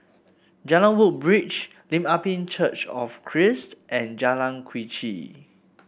Jalan Woodbridge Lim Ah Pin Church of Christ and Jalan Quee Chew